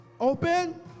Open